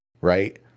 right